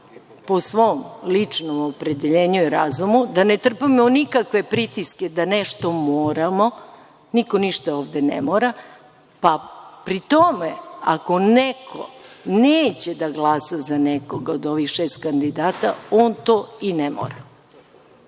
po svom ličnom opredeljenju i razumu, da ne trpimo nikakve pritiske da nešto moramo, niko ništa ovde ne mora, pa pri tome, ako neko neće da glasa za nekoga od ovih šest kandidata, on to i ne mora. Što